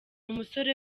umusore